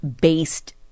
based